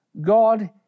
God